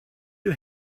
you